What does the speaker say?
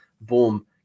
boom